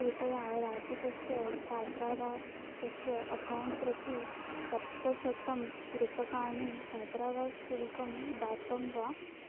कृपया रक्षितस्य छात्रावासस्य अकौण्ट् प्रति सप्तशतं रूप्यकाणि छात्रावासशुल्कं दत्तं वा